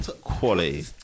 Quality